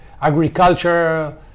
agriculture